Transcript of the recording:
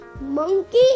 monkey